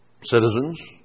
citizens